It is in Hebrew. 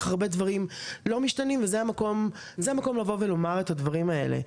הרבה דברים לא ממתנים וזה המקום לבוא ולומר את הדברים האלה.